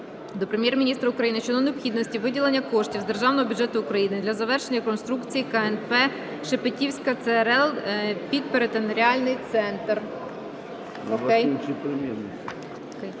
до Прем'єр-міністра України щодо необхідності виділення коштів з державного бюджету України для завершення реконструкції КНП "Шепетівська ЦРЛ" під перинатальний центр".